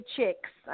Chicks